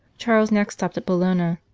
charles next stopped at bologna,